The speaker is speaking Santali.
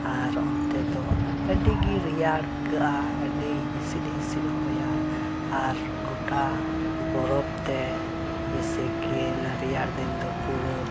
ᱟᱨ ᱚᱱᱛᱮ ᱫᱚ ᱟᱹᱰᱤᱜᱮ ᱨᱮᱭᱟᱜ ᱟᱹᱭᱠᱟᱹᱜᱼᱟ ᱟᱹᱰᱤ ᱦᱤᱸᱥᱤᱫ ᱦᱤᱸᱥᱤᱫ ᱦᱚᱭᱟ ᱟᱨ ᱜᱳᱴᱟ ᱵᱚᱨᱚᱯᱷ ᱛᱮ ᱡᱮᱭᱥᱮ ᱠᱤ ᱚᱱᱟ ᱨᱮᱭᱟᱲ ᱫᱤᱱ ᱫᱚ ᱯᱩᱨᱟᱹ